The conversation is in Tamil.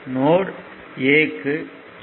நோட் A க்கு கே